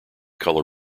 color